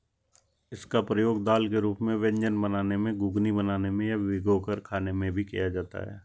इसका प्रयोग दाल के रूप में व्यंजन बनाने में, घुघनी बनाने में या भिगोकर खाने में भी किया जाता है